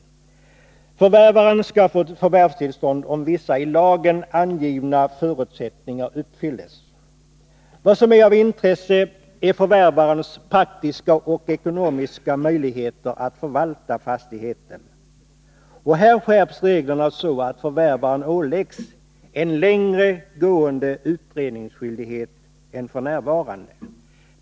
Förvärvaren skall få förvärvstillstånd om vissa i lagen angivna förutsättningar uppfylls. Vad som är av intresse är förvärvarens praktiska och ekonomiska möjligheter att förvalta fastigheten. Här skärps reglerna, så att förvärvaren åläggs en längre gående utredningsskyldighet än f. n.